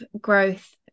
growth